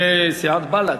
בסיעת בל"ד.